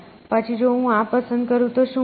પછી જો હું આ પસંદ કરું તો શું થાય